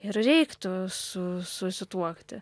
ir reiktų su susituokti